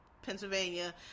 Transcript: Pennsylvania